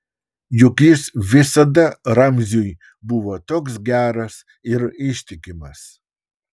juk jis visada ramziui buvo toks geras ir ištikimas